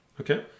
Okay